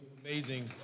amazing